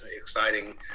exciting